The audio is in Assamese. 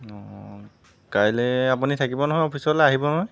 অ' কাইলৈ আপুনি থাকিব নহয় অফিচলৈ আহিব নহয়